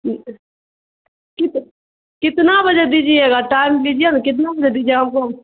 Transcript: کتنا بجے دیجیے گا ٹائم دیجیے نا کتنا بجے دیجیے ہم کو